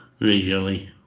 visually